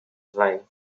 life